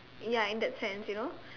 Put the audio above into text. ya in that sense you know